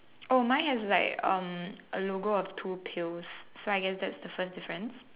oh mine has like um a logo of two pails so I guess that's the first difference